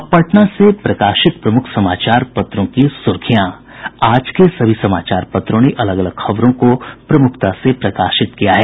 अब पटना से प्रकाशित प्रमुख समाचार पत्रों की सुर्खियां आज के सभी समाचार पत्रों ने अलग अलग खबरों को प्रमुखता से प्रकाशित किया है